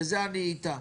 בזה אני איתם.